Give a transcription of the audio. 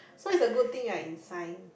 so it's a good thing right in science